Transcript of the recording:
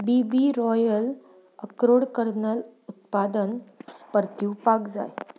बीबी royal अक्रोड kernel उत्पादन परतीवपाक जाय